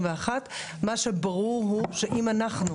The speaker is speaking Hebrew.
וביתר שאת,